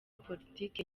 politiki